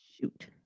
Shoot